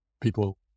people